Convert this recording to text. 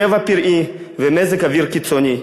טבע פראי ומזג אוויר קיצוני.